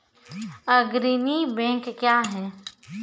अग्रणी बैंक क्या हैं?